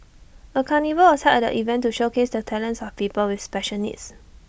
A carnival was held at the event to showcase the talents of people with special needs